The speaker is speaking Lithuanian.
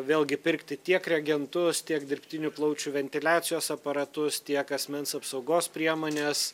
vėlgi pirkti tiek reagentus tiek dirbtinių plaučių ventiliacijos aparatus tiek asmens apsaugos priemones